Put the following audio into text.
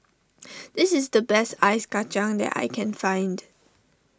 this is the best Ice Kacang that I can find